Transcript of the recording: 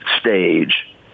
stage